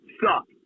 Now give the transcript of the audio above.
suck